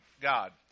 God